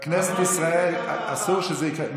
בכנסת ישראל אסור שזה יקרה.